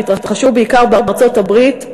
שהתרחשו בעיקר בארצות-הברית,